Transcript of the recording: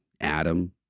Adam